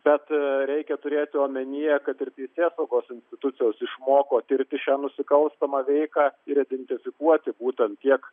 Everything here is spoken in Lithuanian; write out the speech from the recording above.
bet reikia turėti omenyje kad ir teisėsaugos institucijos išmoko tirti šią nusikalstamą veiką ir identifikuoti būtent tiek